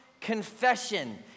confession